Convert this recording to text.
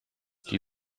die